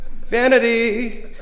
Vanity